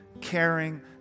caring